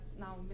now